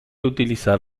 utilizar